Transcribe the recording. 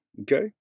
Okay